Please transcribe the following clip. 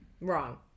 Wrong